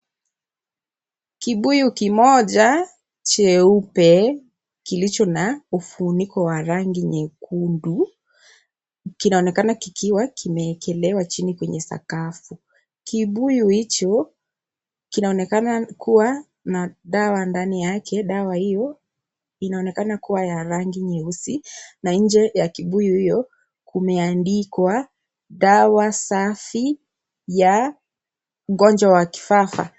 Kibuyu kimoja cheupe kilicho na ufuniko wa rangi nyekundu, kinaonekana kikiwa kimekelewa chini kwenye sakafu. Kibuyu hicho kinaonekana kuwa na dawa ndani yake. Dawa hiyo inaonekana kuwa ya rangi nyeusi, na nje ya kibuyu hiyo kumeandikwa dawa safi ya ugonjwa wa kifafa.